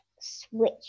switch